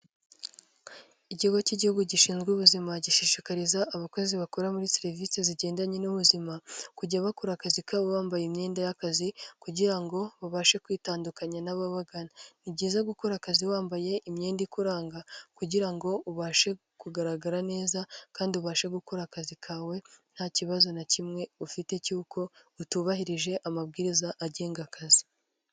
Ikigo cy'igihugu gishinzwe ubuzima gishishikariza abakozi bakora muri serivisi zigendanye n'ubuzima, kujya bakora akazi kabo bambaye imyenda y'akazi kugira ngo babashe kwitandukanya n'ababagana. Ni byiza gukora akazi wambaye imyenda ikuranga kugira ngo ubashe kugaragara neza kandi ubashe gukora akazi kawe nta kibazo na kimwe ufite cy'uko utubahirije amabwiriza agenga akazi.